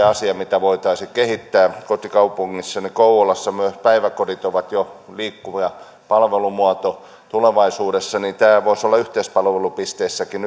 asia mitä voitaisiin kehittää kotikaupungissani kouvolassa myös päiväkodit ovat jo liikkuva palvelumuoto tulevaisuudessa tämä voisi olla yhteispalvelupisteissäkin